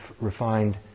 refined